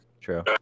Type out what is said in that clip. True